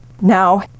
Now